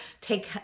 take